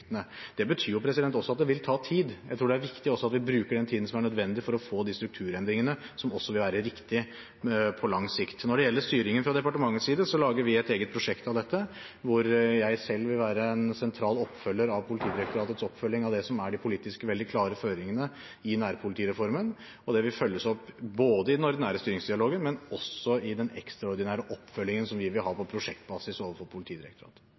politidistriktene. Det betyr også at det vil ta tid, og jeg tror også det er viktig at vi bruker den tiden som er nødvendig, for å få de strukturendringene som også vil være riktige på lang sikt. Når det gjelder styringen fra departementets side, lager vi et eget prosjekt av dette, hvor jeg selv vil være en sentral oppfølger av Politidirektoratets oppfølging av det som er de politisk veldig klare føringene i nærpolitireformen. Det vil følges opp både i den ordinære styringsdialogen og i den ekstraordinære oppfølgingen som vi vil ha på prosjektbasis overfor Politidirektoratet.